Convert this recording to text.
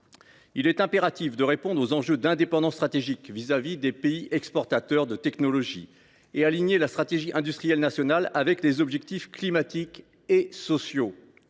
Il est impératif de répondre aux enjeux d’indépendance stratégique vis à vis des pays exportateurs de technologies et d’aligner la stratégie industrielle nationale avec les objectifs climatiques et sociaux